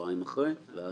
שבועיים אחרי.